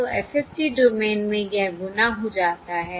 तो FFT domain में यह गुणा हो जाता है